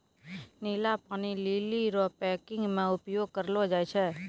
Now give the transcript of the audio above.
नीला पानी लीली रो पैकिंग मे भी उपयोग करलो जाय छै